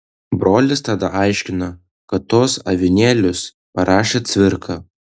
brolis tada aiškino kad tuos avinėlius parašė cvirka